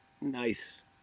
Nice